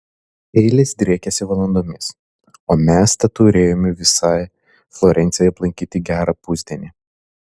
eilės driekiasi valandomis o mes teturėjome visai florencijai aplankyti gerą pusdienį